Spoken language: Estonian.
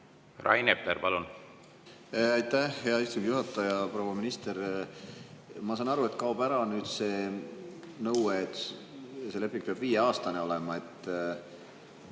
Rain Epler, palun! Aitäh, hea istungi juhataja! Proua minister! Ma saan aru, et kaob ära nüüd see nõue, et see leping peab viieaastane olema.